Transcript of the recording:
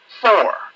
Four